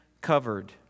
covered